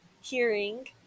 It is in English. hearing